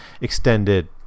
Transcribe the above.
extended